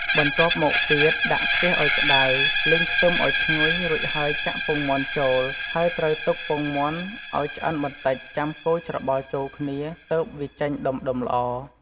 បន្ទាប់មកទៀតដាក់ខ្ទះឱ្យក្តៅ លីងខ្ទឹមឱ្យឈ្ងុយរួចហើយចាក់ពងមាន់ចូល ហើយ ត្រូវទុកពងមាន់ឱ្យឆ្អិនបន្តិចចាំកូរច្របល់ចូលគ្នា ទើបវាចេញដុំៗល្អ។